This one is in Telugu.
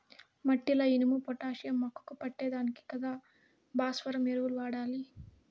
మట్టిల ఇనుము, పొటాషియం మొక్కకు పట్టే దానికి కదా భాస్వరం ఎరువులు వాడాలి